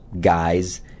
guys